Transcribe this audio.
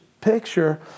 picture